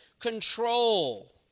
control